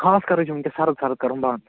خاص کر حظ چھِ وٕنۍکٮ۪س سرٕد سرٕد کَرُن بنٛد